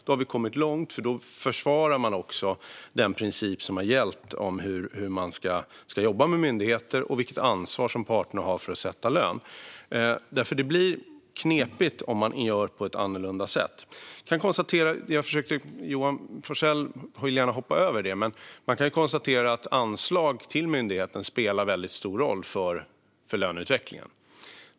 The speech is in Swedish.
Då har vi kommit långt, för då försvarar man den princip som har gällt för hur man ska jobba med myndigheter och vilket ansvar parterna har för att sätta lön. Det blir knepigt om man gör på ett annorlunda sätt. Johan Forssell vill gärna hoppa över detta, men man kan konstatera att anslag till myndigheten spelar stor roll för löneutvecklingen.